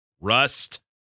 rust